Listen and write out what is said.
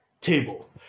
table